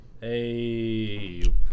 Hey